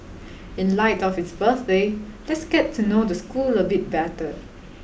in light of its birthday let's get to know the school a bit better